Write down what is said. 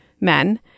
men